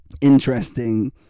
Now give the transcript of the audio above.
interesting